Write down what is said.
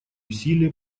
усилия